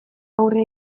aurre